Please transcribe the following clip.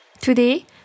Today